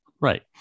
Right